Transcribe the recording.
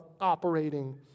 operating